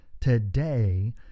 today